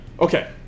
Okay